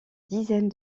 dizaine